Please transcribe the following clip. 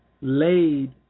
laid